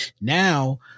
Now